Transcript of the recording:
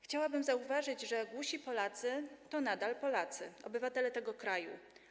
Chciałabym zauważyć, że głusi Polacy to nadal Polacy, obywatele tego kraju.